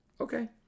Okay